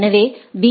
எனவே பி